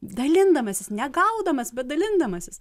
dalindamasis negaudamas bet dalindamasis